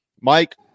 Mike